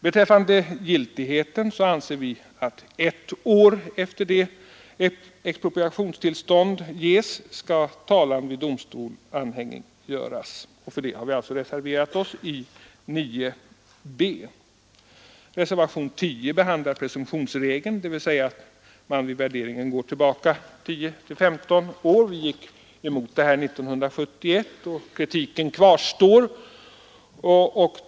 Beträffande giltigheten anser vi att ett år efter det att expropriationstillstånd ges skall talan vid domstol kunna anhängiggöras, och det har vi yrkat på i reservationen 9 b. Reservationen 10 behandlar presumtionsregeln, dvs. att man vid värderingen går tillbaka 10—15 år. Vi gick emot detta 1971, och kritiken kvarstår.